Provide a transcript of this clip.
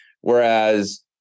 Whereas